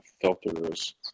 filters